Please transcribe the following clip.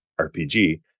RPG